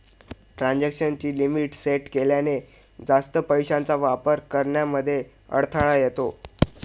transaction ची limit set केल्याने, जास्त पैशांचा वापर करण्यामध्ये अडथळा येतो